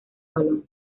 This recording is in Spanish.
balón